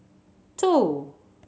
two